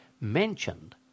mentioned